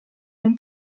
non